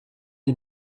dit